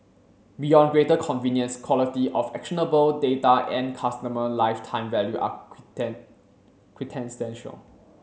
beyond greater convenience quality of actionable data and customer lifetime value are quintessential